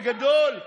בגדול,